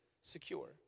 secure